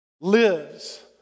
lives